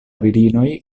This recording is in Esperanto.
virinoj